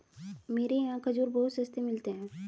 मेरे यहाँ खजूर बहुत सस्ते मिलते हैं